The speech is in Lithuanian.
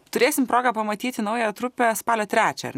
turėsim progą pamatyti naują trupę spalio trečią ar